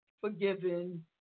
forgiven